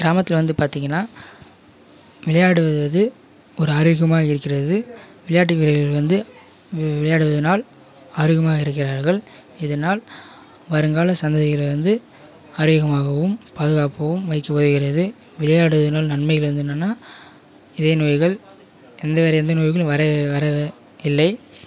கிராமத்தில் வந்து பார்த்தீங்கனா விளையாடுவது ஒரு ஆரோக்கியமாக இருக்கிறது விளையாட்டு வீரர்கள் வந்து விளையாடுவதுனால் ஆரோக்கியமாக இருக்கிறார்கள் இதனால் வருங்கால சந்ததியினர் வந்து ஆரோக்கியமாகவும் பாதுகாப்பாகவும் வைக்கப்படுகிறது விளையாடுவதினால் நன்மைகள் வந்து என்னென்னா இதயநோய்கள் எந்த வேறு எந்த நோய்களும் வர வர இல்லை